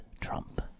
Trump